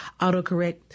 autocorrect